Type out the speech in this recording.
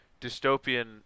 dystopian